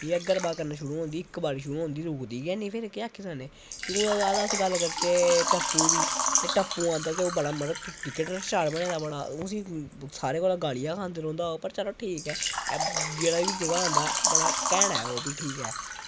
गरबा करना शुरू होई जंदी इक्क बारी शुरू होई जंदी ऐनी फिर केह् आक्खी सकने फिर अस एह् गल्ल करचै टप्पु दी ते टप्पु आंदा ते ओह् मता क्रिकेट स्टार बने दा उसी सारें कोला गालियां खंदा रौहंदा पर ठीक ऐ जेह्ड़ा बी आंदा ठीक ऐ ओह्बी